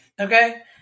okay